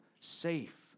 safe